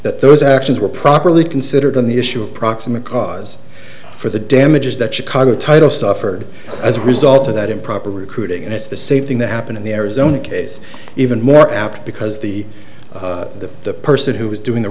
that those actions were properly considered on the issue of proximate cause for the damages that chicago title suffered as a result of that improper recruiting and it's the same thing that happened in the arizona case even more apt because the person who was doing the